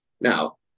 Now